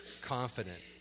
confident